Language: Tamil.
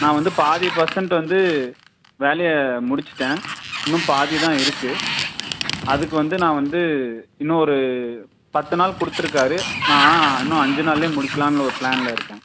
நான் வந்து பாதி பர்சென்ட் வந்து வேலையை முடிச்சிவிட்டேன் இன்னும் பாதிதான் இருக்கு அதுக்கு வந்து நான் வந்து இன்னும் ஒரு பத்துநாள் கொடுத்துருக்காரு நான் இன்னும் அஞ்சு நாள்ல முடிக்கலான்னு ஒரு பிளானில் இருக்கேன்